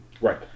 Right